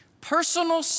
Personal